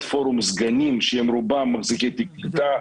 פורום סגנים שהם רובם מחזיקי תיק קליטה,